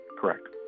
Correct